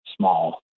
small